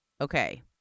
Okay